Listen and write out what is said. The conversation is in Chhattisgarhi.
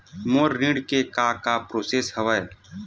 मोर ऋण के का का प्रोसेस हवय?